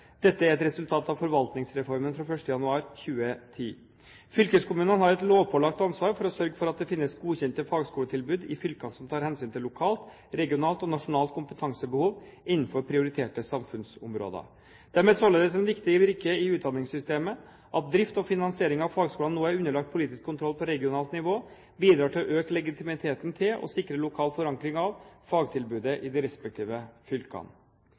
Dette er et resultat av forvaltningsreformen fra 1. januar 2010. Fylkeskommunene har et lovpålagt ansvar for å sørge for at det finnes godkjente fagskoletilbud i fylkene som tar hensyn til lokalt, regionalt og nasjonalt kompetansebehov innenfor prioriterte samfunnsområder. De er således en viktig brikke i utdanningssystemet. At drift og finansiering av fagskolene nå er underlagt politisk kontroll på regionalt nivå, bidrar til å øke legitimiteten til og sikre lokal forankring av fagtilbudet i de respektive fylkene.